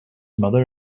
mother